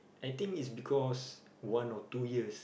I think it's because one or two years